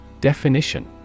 Definition